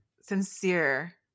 sincere